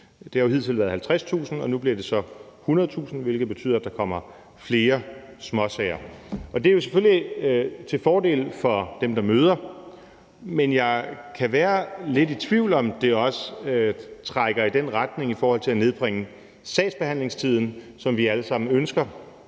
Det har jo hidtil været 50.000 kr., og nu bliver det så 100.000 kr., hvilket betyder, at der kommer flere småsager. Det er jo selvfølgelig til fordel for dem, der møder, men jeg kan være lidt i tvivl om, om det også trækker i den retning i forhold til at nedbringe sagsbehandlingstiden, som vi alle sammen ønsker,